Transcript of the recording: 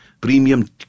premium